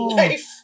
life